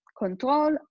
control